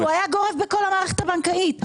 מבחינתי שהוא היה גורף בכל המערכת הבנקאית.